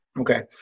okay